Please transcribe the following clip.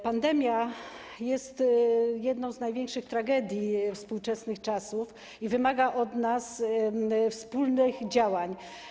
Pandemia jest jedną z największych tragedii współczesnych czasów i wymaga od nas wspólnych działań.